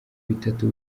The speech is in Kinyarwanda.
bitatu